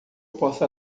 possa